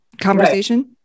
conversation